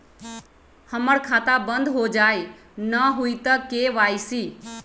हमर खाता बंद होजाई न हुई त के.वाई.सी?